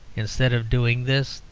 instead of doing this,